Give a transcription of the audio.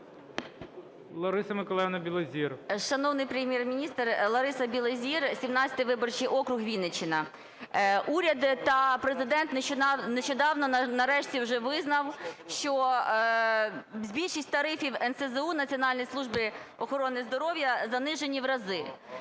Л.М. Шановний Прем'єр-міністре! Лариса Білозір, 17 виборчий округ, Вінниччина. Уряд та Президент нещодавно нарешті вже визнали, що більшість тарифів НСЗУ – Національної служби охорони здоров'я - занижені в рази.